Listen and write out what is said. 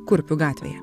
kurpių gatvėje